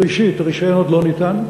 ראשית, הרישיון עוד לא ניתן.